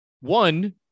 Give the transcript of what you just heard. One